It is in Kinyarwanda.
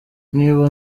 niba